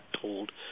told